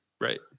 right